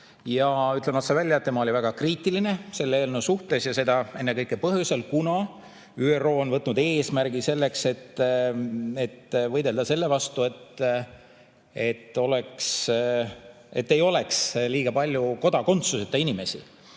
Ütlen otse välja, et ta oli väga kriitiline selle eelnõu suhtes ja seda ennekõike sel põhjusel, kuna ÜRO on võtnud eesmärgi võidelda selle vastu, et ei oleks liiga palju kodakondsuseta inimesi.